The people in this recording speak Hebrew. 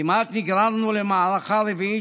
כמעט נגררנו למערכה רביעית,